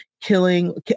killing